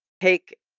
take